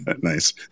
Nice